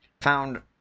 found